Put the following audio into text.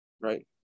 Right